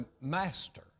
master